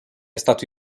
stato